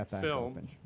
film